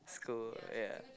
school ya